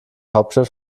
hauptstadt